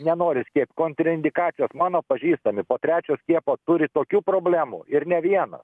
nenori tikėt kontraindikacijos mano pažįstami po trečio skiepo turi tokių problemų ir ne vienas